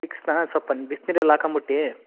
ವಿಕ್ಸನ್ನ ಸೊಲ್ಪ ಬಿಸ್ನೀರಲ್ಲಿ ಹಾಕಂಬಿಟ್ಟಿ